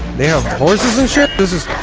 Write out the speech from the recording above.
they have horses and shit, this is